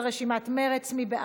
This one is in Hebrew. של חברי הכנסת תמר זנדברג,